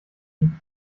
ihn